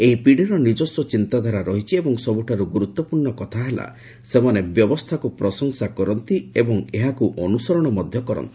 ଏହି ପିଢ଼ିର ନିଜସ୍ୱ ଚିନ୍ତାଧାରା ରହିଛି ଏବଂ ସବୁଠାରୁ ଗୁରୁତ୍ୱପୂର୍ଣ୍ କଥା ହେଲା ସେମାନେ ବ୍ୟବସ୍ଷାକୁ ପ୍ରଶଂସା କରନ୍ତି ଓ ଏହାକୁ ଅନୁସରଣ ମଧ୍ଧ କରନ୍ତି